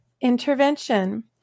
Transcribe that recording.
Intervention